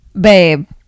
babe